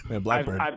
Blackbird